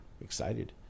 excited